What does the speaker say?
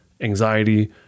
anxiety